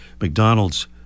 McDonald's